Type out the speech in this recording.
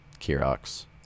Kirox